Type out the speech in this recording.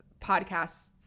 podcasts